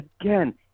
again